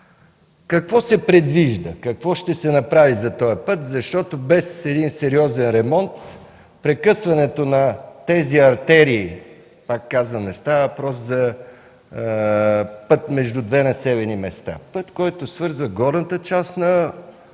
какво се предвижда, какво ще се направи за този път, защото без сериозен ремонт, прекъсването на тези артерии – пак казвам, не става въпрос за път между две населени места, а за път, който свързва горната част на